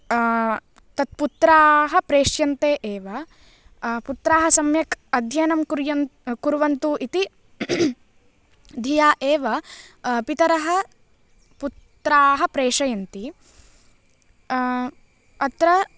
तत्पुत्राः प्रेष्यन्ते एव पुत्राः सम्यक् अध्ययनं कुर्यन् कुर्वन्तु इति धिया एव पितरः पुत्राः प्रेषयन्ति अत्र